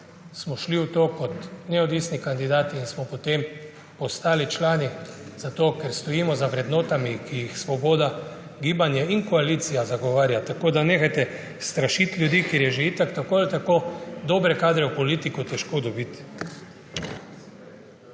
smo šli v to kot neodvisni kandidati in smo potem postali člani, ker stojimo za vrednotami, ki jih Gibanje Svoboda in koalicija zagovarja. Tako da nehajte strašiti ljudi, ker je že itak dobre kadre v politiko težko dobiti.